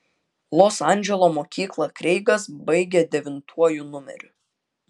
los andželo mokyklą kreigas baigė devintuoju numeriu